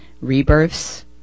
rebirths